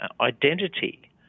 identity